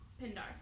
Pindar